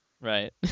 Right